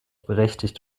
berechtigt